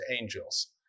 angels